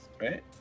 right